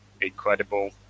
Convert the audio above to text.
incredible